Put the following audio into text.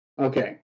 Okay